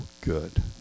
good